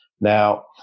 Now